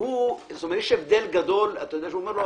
יש הבדל גדול שהוא אומר לו,